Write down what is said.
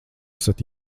esat